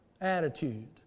attitude